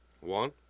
One